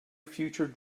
future